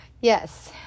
Yes